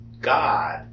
God